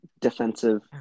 defensive